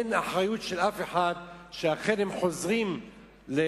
אין אחריות של אף אחד לכך שהם אכן חוזרים לארצם,